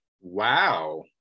wow